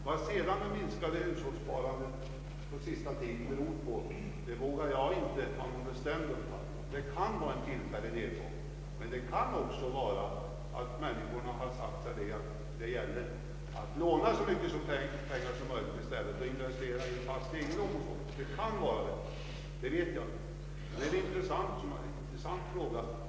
Vad sedan det minskade hushållssparandet på senaste tiden beror på vågar jag inte ha någon bestämd uppfattning om. Det kan vara en tillfällig nedgång, men det kan också vara så att människorna har sagt sig att det i stället för sparande gäller att köpa och t.o.m. att låna så mycket pengar som möjligt och investera i fast egendom. Hur det förhåller sig vet jag inte, men detta är en intressant fråga.